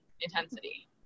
intensity